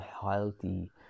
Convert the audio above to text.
healthy